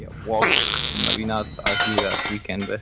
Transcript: yeah walk maybe not as good as we can, but